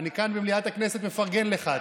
אני כאן במליאת הכנסת מפרגן לך.